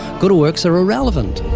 good works are irrelevant.